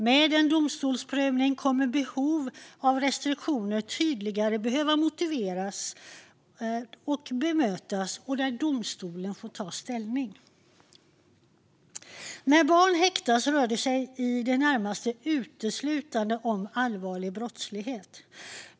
Vid en domstolsprövning kommer restriktioner att tydligare behöva motiveras och bemötas när domstolen ska ta ställning. När barn häktas rör det sig i det närmaste uteslutande om allvarlig brottslighet.